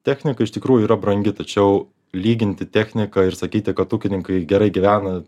technika iš tikrųjų yra brangi tačiau lyginti techniką ir sakyti kad ūkininkai gerai gyvena